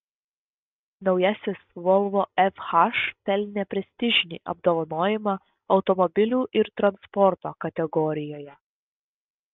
naujasis volvo fh pelnė prestižinį apdovanojimą automobilių ir transporto kategorijoje